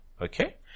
okay